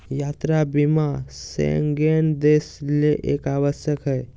यात्रा बीमा शेंगेन देश ले एक आवश्यक हइ